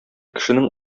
кешенең